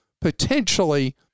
potentially